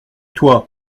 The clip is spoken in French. toi